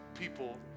people